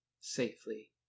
safely